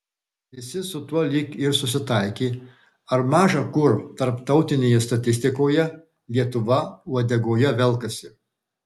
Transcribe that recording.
visi su tuo lyg ir susitaikė ar maža kur tarptautinėje statistikoje lietuva uodegoje velkasi